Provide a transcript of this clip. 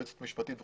היועצת המשפטית,